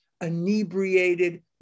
inebriated